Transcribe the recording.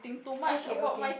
okay okay